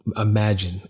imagine